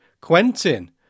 Quentin